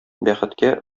бәхеткә